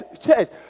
church